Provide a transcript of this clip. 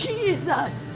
Jesus